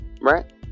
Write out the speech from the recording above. right